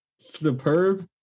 superb